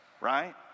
Right